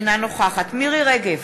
אינה נוכחת מירי רגב,